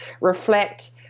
reflect